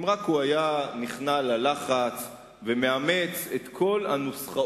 אם רק היה נכנע ללחץ ומאמץ את כל הנוסחאות